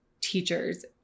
teachers